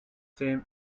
same